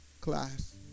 class